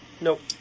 Nope